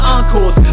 encores